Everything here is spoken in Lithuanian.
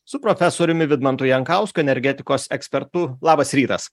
su profesoriumi vidmantu jankausku energetikos ekspertu labas rytas